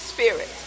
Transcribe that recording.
Spirit